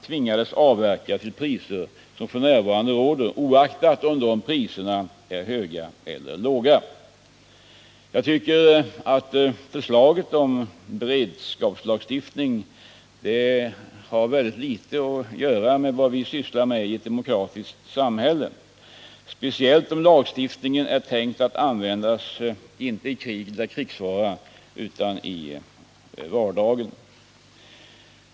tvingas avverka till priser som f. n. räder, oavsett dessa priser är höga eller låga. Jag tycker att förslaget om beredskapslagstiftning har mycket litet att göra med vad vi sysslar med i ett demokratiskt samhälle. speciellt som lagstiftningen är tänkt att användas inte i krig eller krigsfara utan i vardagen.